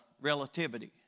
relativity